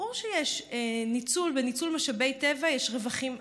ברור שבניצול משאבי טבע יש רווחים